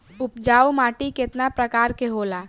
उपजाऊ माटी केतना प्रकार के होला?